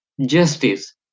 justice